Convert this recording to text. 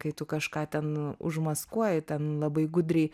kai tu kažką ten užmaskuoji ten labai gudriai